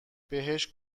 بهش